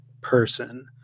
person